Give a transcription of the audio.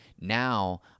now